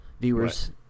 viewers